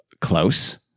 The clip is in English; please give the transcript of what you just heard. close